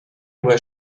was